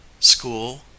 SCHOOL